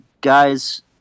guys